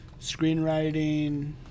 screenwriting